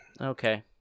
Okay